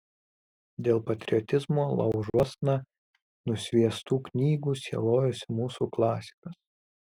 dėl patriotizmo laužuosna nusviestų knygų sielojosi mūsų klasikas